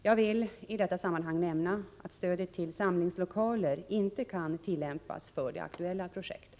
Jag vill i detta sammanhang nämna att stödet till samlingslokaler inte kan tillämpas för det aktuella projektet.